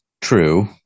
true